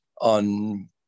on